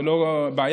ולא תשובה